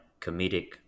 comedic